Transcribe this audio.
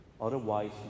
Otherwise